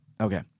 okay